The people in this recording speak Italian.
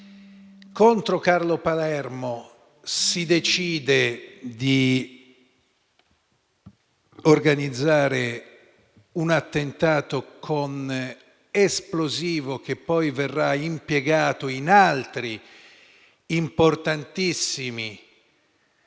Contro Carlo Palermo si decide di organizzare un attentato con esplosivo, che poi verrà impiegato in altri importantissimi